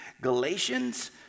Galatians